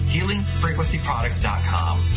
HealingFrequencyProducts.com